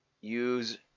use